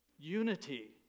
unity